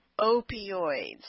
opioids